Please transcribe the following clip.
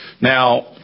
Now